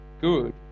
good